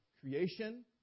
creation